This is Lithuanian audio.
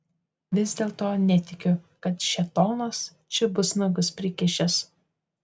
vis dėlto netikiu kad šėtonas čia bus nagus prikišęs